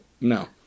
no